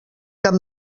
cap